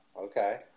Okay